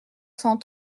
cent